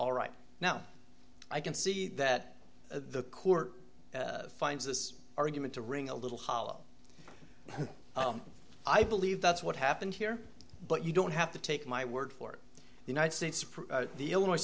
all right now i can see that the court finds this argument to ring a little hollow i believe that's what happened here but you don't have to take my word for the united states the illinois